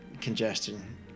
congestion